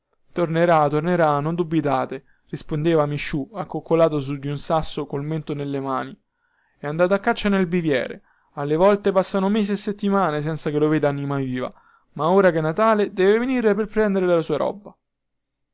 tornerà tornerà non dubitate rispondeva misciu accoccolato su di un sasso col mento nelle mani è andato a caccia nel biviere alle volte passano mesi e settimane senza che lo veda anima viva ma ora chè natale deve venire per prendere la sua roba